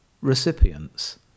recipients